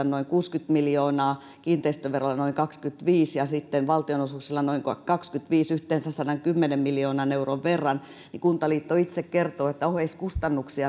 noin kuusikymmentä miljoonaa kiinteistöveroa noin kaksikymmentäviisi ja sitten valtionosuuksilla noin kaksikymmentäviisi yhteensä sadankymmenen miljoonan euron verran niin kuntaliitto itse kertoo että oheiskustannuksiin